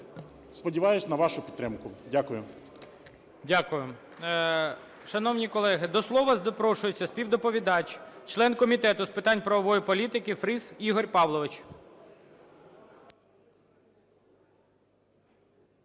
Сподіваюсь на вашу підтримку. Дякую.